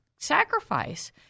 Sacrifice